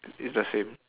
it's the same